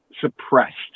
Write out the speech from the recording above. suppressed